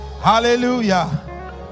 Hallelujah